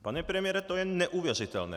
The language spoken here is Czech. Pane premiére, to je neuvěřitelné!